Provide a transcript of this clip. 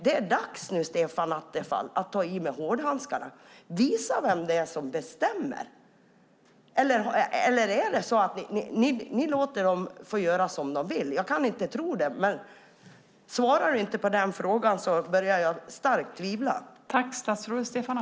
Det är dags nu, Stefan Attefall, att ta i med hårdhandskarna. Visa vem som bestämmer. Eller låter ni dem få göra som de vill? Jag kan inte tro det, men om du inte svarar på frågan börjar jag undra.